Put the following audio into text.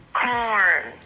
corn